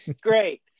great